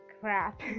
crap